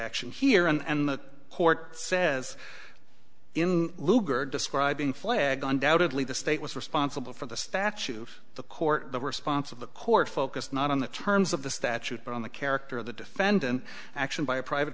action here and the court says in luger describing flag undoubtedly the state was responsible for the statute the court the response of the court focused not on the terms of the statute but on the character of the defendant action by a private